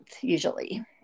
Usually